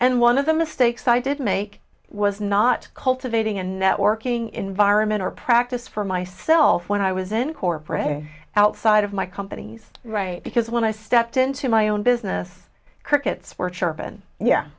and one of the mistakes i did make was not cultivating a networking environment or practice for myself when i was in corporate or outside of my company's right because when i stepped into my own business crickets chirp and yeah